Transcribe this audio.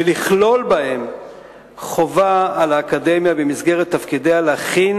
ולכלול בהם חובה של האקדמיה במסגרת תפקידיה להכין